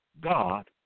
God